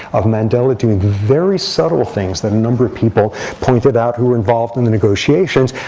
of mandela doing very subtle things that a number of people pointed out who were involved in the negotiations.